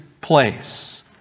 place